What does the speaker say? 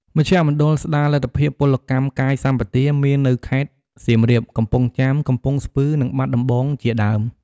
មជ្ឈមណ្ឌលស្តារលទ្ធភាពពលកម្មកាយសម្បទាមាននៅខេត្តសៀមរាប កំពង់ចាម កំពង់ស្ពឺ និងបាត់ដំបង់ជាដើម។